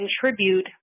contribute